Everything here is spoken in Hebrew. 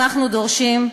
אנחנו דורשים,